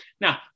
Now